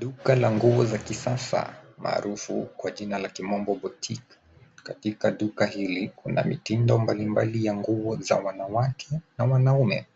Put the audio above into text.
Duka la nguo la kisasa maarufu kwa kijana la kimombo boutique . Katika duka hili kuna mitindo mbalimbali ya nguo za wanawake na wanaume